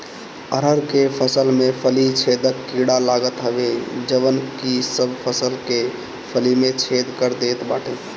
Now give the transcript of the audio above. अरहर के फसल में फली छेदक कीड़ा लागत हवे जवन की सब फसल के फली में छेद कर देत बाटे